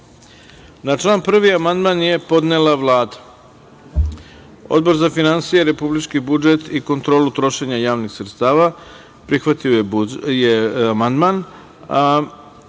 član 1. amandman je podnela Vlada. Odbor za finansije, republički budžet i kontrolu trošenja javnih sredstva, prihvatio je amandman. Odbor